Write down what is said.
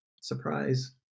surprise